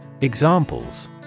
Examples